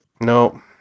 No